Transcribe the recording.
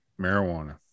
marijuana